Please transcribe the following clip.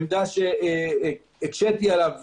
עמדה שהקשיתי עליו,